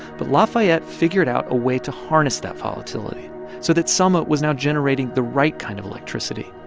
but lafayette figured out a way to harness that volatility so that selma was now generating the right kind of electricity,